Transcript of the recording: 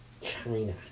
China